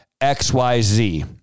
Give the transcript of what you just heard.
XYZ